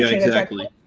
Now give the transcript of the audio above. exactly.